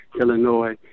Illinois